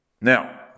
Now